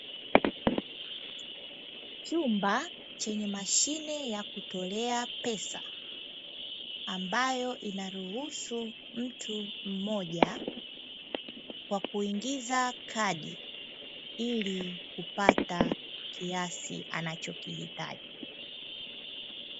Chumba chenye mashine ya kutolea pesa, ambayo inaruhusu mtu mmoja kwa kuingiza kadi, ili kupata kiasi anacho kihitaji.